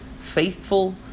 faithful